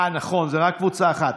נכון, זאת רק קבוצה אחת.